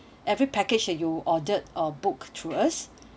every package that you ordered or book through us